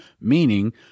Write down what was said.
meaning